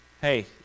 Hey